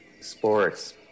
sports